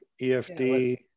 EFD